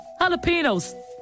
Jalapenos